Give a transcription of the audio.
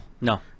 No